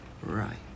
Right